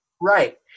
Right